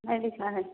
हाँ जी शायद